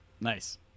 Nice